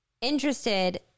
interested